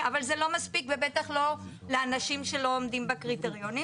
אבל זה לא מספיק ובטח לא לאנשים שלא עומדים בקריטריונים.